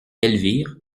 elvire